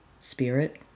spirit